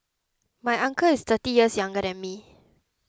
my uncle is thirty years younger than me